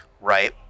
right